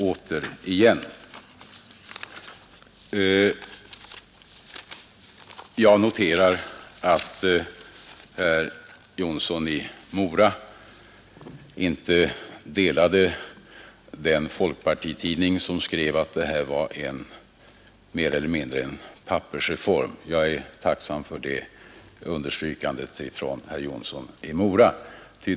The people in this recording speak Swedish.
Slutligen noterar jag att herr Jonsson i Mora inte delade den folkpartitidnings uppfattning som skrev att detta var mer eller mindre en pappersreform. Jag är tacksam för det understrykandet av herr Jonsson i Mora.